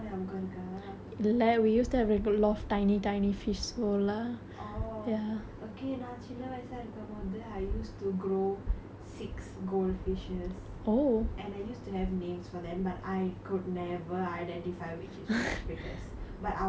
okay நான் சின்ன வயசா இருக்கும் போது:naan sinna vayasaa irukkum pothu I used to grow six gold fishes and I used to have names for them but I could never identify which is which because but I'll just pretend to my family oh this is [ho] harry this is goldie this is whatever